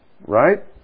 right